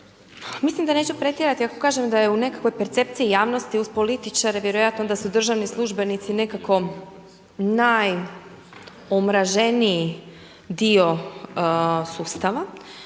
Mislim da neću pretjerati ako kažem da je u nekakvoj percepciji javnosti uz političare, vjerojatno da su državni službenici nekako najomraženiji dio sustava,